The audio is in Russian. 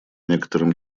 некоторым